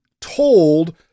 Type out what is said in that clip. told